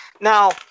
Now